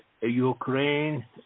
Ukraine